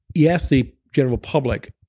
yeah ask the general public